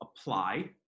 apply